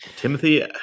Timothy